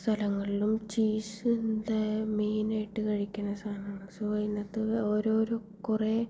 സ്ഥലങ്ങളിലും ചീസ്സ് എന്തേ മെയ്നായിട്ട് കഴിയ്ക്കണ സാധനമാണ് സോ അതിനകത്ത് ഓരോരോ കുറേ